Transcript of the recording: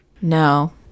No